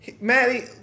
Maddie